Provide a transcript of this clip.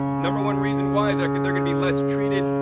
number one reason why is ah they're gonna be less treated.